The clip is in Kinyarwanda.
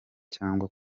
cyangwa